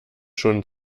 schon